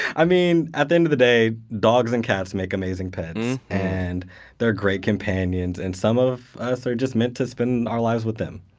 i mean, at the end of the day, dogs and cats make amazing pets and they're great companions. and some of us are just meant to spend our lives with them.